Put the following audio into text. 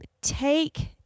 Take